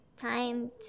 Time